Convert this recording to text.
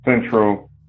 Central